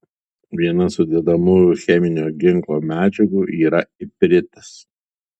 viena sudedamųjų cheminio ginklo medžiagų yra ipritas